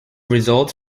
results